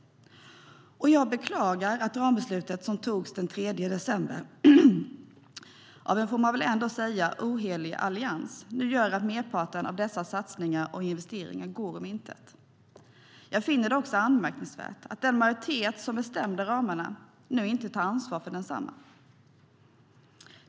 Jag beklagar att rambeslutet som togs den 3 december av en, får man väl ändå säga, ohelig allians nu gör att merparten av dessa satsningar och investeringar går om intet. Jag finner det anmärkningsvärt att den majoritet som bestämde ramarna nu inte tar ansvar för desamma.